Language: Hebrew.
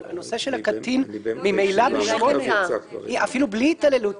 הנושא של הקטין ממילא --- אפילו בלי התעללות,